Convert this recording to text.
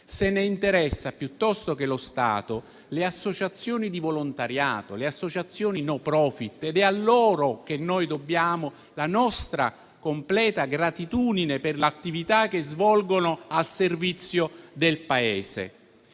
se ne interessano, piuttosto che lo Stato, le associazioni di volontariato, le associazioni *no profit*, ed è a loro che noi dobbiamo la nostra completa gratitudine per l'attività che svolgono al servizio del Paese.